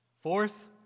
Fourth